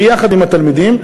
ביחד עם התלמידים.